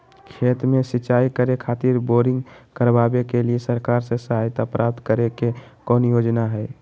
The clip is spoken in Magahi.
खेत में सिंचाई करे खातिर बोरिंग करावे के लिए सरकार से सहायता प्राप्त करें के कौन योजना हय?